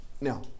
now